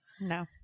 No